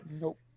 Nope